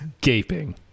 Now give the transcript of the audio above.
gaping